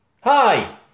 hi